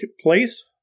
place